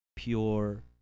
Pure